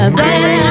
better